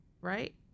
right